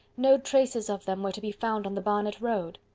no traces of them were to be found on the barnet road.